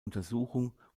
untersuchung